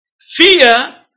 Fear